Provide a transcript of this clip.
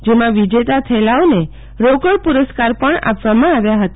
જેમા વિજેતા થયેલાઓને રોકડ પુરસ્કાર આપવામાં આવ્યો હતો